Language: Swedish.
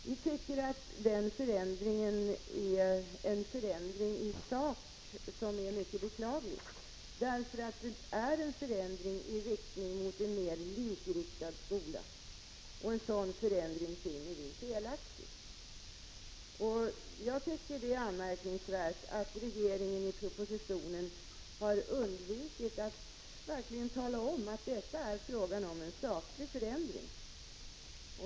Vi tycker att den förändringen i sak är mycket beklaglig. Det är en förändring i riktning mot en mer likriktad skola, och en sådan förändring tycker vi är felaktig. Det är anmärkningsvärt att regeringen i propositionen har undvikit att verkligen tala om att det är fråga om en saklig förändring.